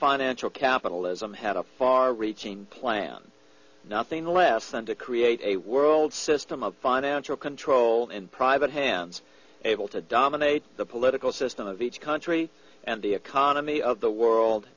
financial capitalism had a far reaching plan nothing less than to create a world system of financial control in private hands able to dominate the political system of each country and the economy of the world